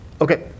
okay